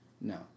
No